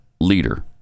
leader